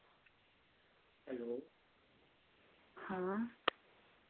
हां